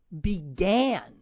began